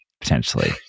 potentially